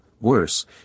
worse